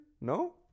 No